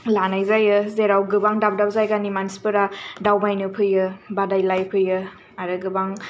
लानाय जायो जेराव गोबां दाब दाब जायगानि मानसिफोरा दावबायनो फैयो बादायलाय फैयो आरो गोबां